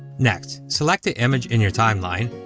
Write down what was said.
next, select the image in your timeline,